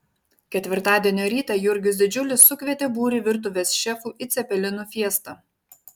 ketvirtadienio rytą jurgis didžiulis sukvietė būrį virtuvės šefų į cepelinų fiestą